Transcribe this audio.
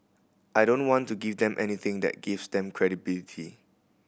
I don't want to give them anything that gives them credibility